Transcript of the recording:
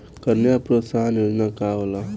कन्या प्रोत्साहन योजना का होला?